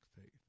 faith